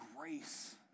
grace